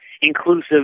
inclusive